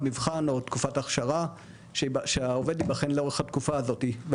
מבחן או תקופת הכשרה שהעובד יבחן לאורך התקופה הזאת.